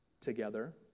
Together